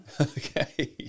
Okay